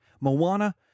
Moana